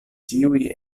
ĉiuj